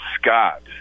Scott